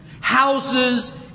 Houses